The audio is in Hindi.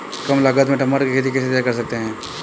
कम लागत में टमाटर की खेती कैसे तैयार कर सकते हैं?